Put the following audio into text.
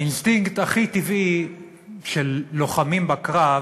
האינסטינקט הכי טבעי של לוחמים בקרב